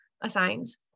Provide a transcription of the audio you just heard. assigns